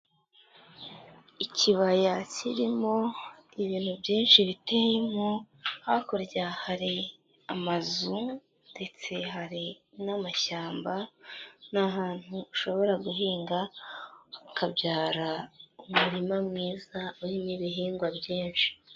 Ikibaya kirimo ibintu byinshi biteyemo, hakurya hari amazu ndetse hari n'amashyamba, ni ahantu ushobora guhinga hakabyara umurima mwiza urimo ibihingwa byinshi.